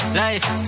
life